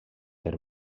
per